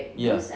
ya